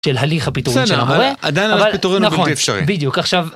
של הליך הפיטורים שלנו, אבל נכון בדיוק עכשיו.